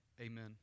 Amen